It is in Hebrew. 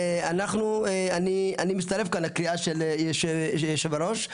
אני מצטרף לקריאה של יושב הראש,